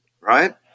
right